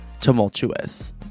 tumultuous